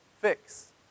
fix